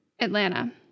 Atlanta